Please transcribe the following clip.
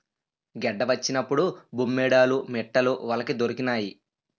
గెడ్డ వచ్చినప్పుడు బొమ్మేడాలు మిట్టలు వలకి దొరికినాయి